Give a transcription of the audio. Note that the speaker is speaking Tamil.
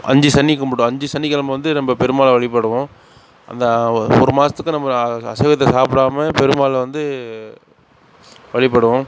அஞ்சு சனி கும்பிடுவோம் அஞ்சு சனிக்கிழம வந்து நம்ம பெருமாளை வழிபடுவோம் அந்த ஒரு மாதத்துக்கு நம்ம அசைவத்தை சாப்பிடாம பெருமாளை வந்து வழிபடுவோம்